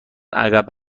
عقب